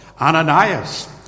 Ananias